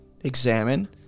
examine